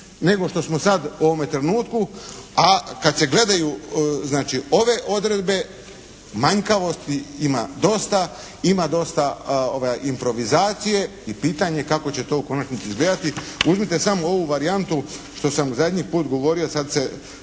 nego što smo sad u ovome trenutku. A kad se gledaju znači ove odredbe manjkavosti ima dosta, ima dosta improvizacije i pitanje je kako će to u konačnici izgledati. Uzmite samo ovu varijantu što sam zadnji put govorio sad se